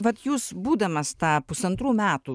vat jūs būdamas tą pusantrų metų